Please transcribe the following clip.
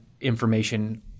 information